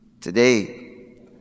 Today